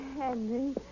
Henry